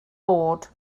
bod